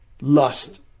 lust